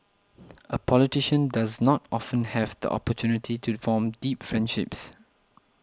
a politician does not often have the opportunity to form deep friendships